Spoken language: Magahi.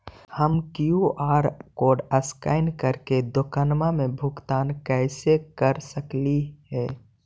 हम कियु.आर कोड स्कैन करके दुकान में भुगतान कैसे कर सकली हे?